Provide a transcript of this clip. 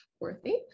worthy